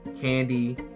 candy